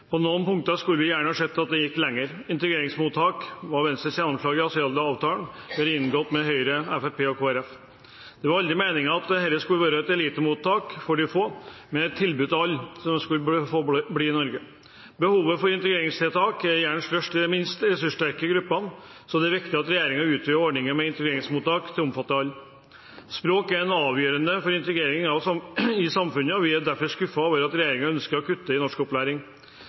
På noen punkter skulle vi gjerne sett at det gikk lenger. Integreringsmottak var Venstres gjennomslag i asylavtalen vi har inngått med Høyre, Fremskrittspartiet og Kristelig Folkeparti. Det var aldri meningen at dette skulle være et elitemottak for de få, men et tilbud til alle som skulle få bli i Norge. Behovet for integreringstiltak er gjerne størst i de minst ressurssterke gruppene, så det er viktig at regjeringen utvider ordningen med integreringsmottak til å omfatte alle. Språk er avgjørende for integrering i samfunnet, og vi er derfor skuffet over at regjeringen ønsker å kutte i norskopplæring. Vi er positiv til at en ønsker mer opplæring